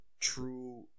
true